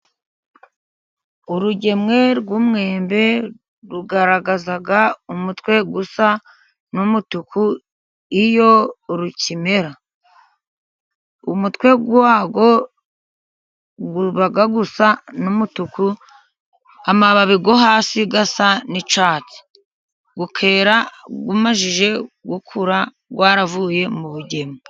Urugemwe rw'umwembe rugaragaza umutwe usa n'umutuku iyo rukimera, umutwe warwo uba usa n'umutuku, amababi yo hasi asa n'icyatsi, ukera umaze gukura, waravuye mu bugemwe.